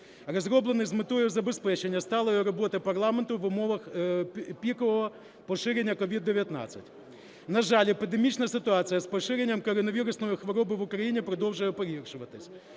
розроблений з метою забезпечення сталої роботи парламенту в умовах пікового поширення COVID-19. На жаль, епідемічна ситуація з поширенням коронавірусної хвороби в Україні продовжує погіршуватись,